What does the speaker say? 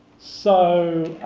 so,